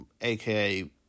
AKA